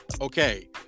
okay